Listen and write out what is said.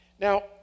Now